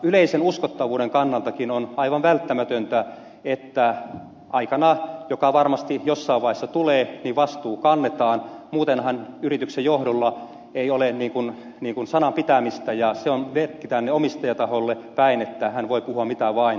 yleisen uskottavuuden kannaltakin on aivan välttämätöntä että aikana joka varmasti jossain vaiheessa tulee vastuu kannetaan muutenhan yrityksen johdolla ei ole sanan pitämistä ja se on merkki omistajataholle päin että hän voi puhua mitä vain